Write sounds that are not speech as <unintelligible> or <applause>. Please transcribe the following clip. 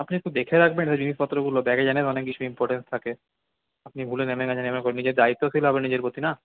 আপনি একটু দেখে রাখবেন না জিনিসপত্রগুলো ব্যাগে জানেন অনেক কিছু ইম্পর্ট্যান্ট থাকে আপনি ভুলে নেমে গেছেন এবার <unintelligible> নিজে দায়িত্বশীল হবেন নিজের প্রতি না